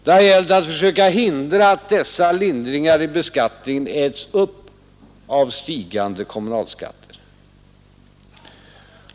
Det har gällt att försöka hindra att dessa lindringar i beskattningen äts upp av stigande kommunalskatter.